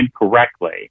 incorrectly